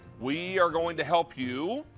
we are going to help you